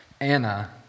Anna